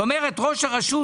כלומר ראש הרשות,